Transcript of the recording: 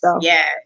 yes